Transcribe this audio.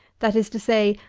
that is to say,